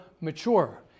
mature